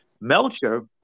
Melcher